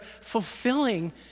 fulfilling